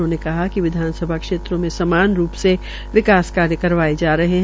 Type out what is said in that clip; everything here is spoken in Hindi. उन्होंने कहा कि विधानसभा क्षेत्रों में समान रूप से विकास कार्य कराए जा रहे हैं